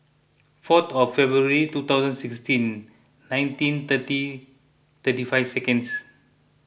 four of February two thousand sixteen nineteen thirty thirty five seconds